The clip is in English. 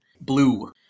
Blue